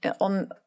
on